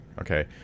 okay